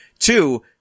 Two